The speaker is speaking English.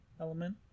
element